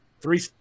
three